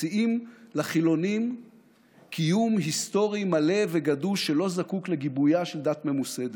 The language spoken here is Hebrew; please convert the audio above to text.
מציעים לחילונים קיום היסטורי מלא וגדוש שלא זקוק לגיבויה של דת ממוסדת.